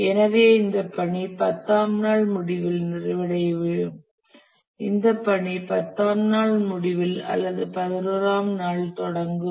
எனவே இந்த பணி 10 ஆம் நாள் முடிவில் நிறைவடையும் இந்த பணி 10 ஆம் நாள் முடிவில் அல்லது 11 ஆம் நாள் தொடங்கும்